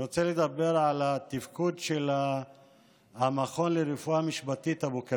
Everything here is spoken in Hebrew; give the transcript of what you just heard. אני רוצה לדבר על התפקוד של המכון לרפואה משפטית באבו כביר.